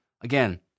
again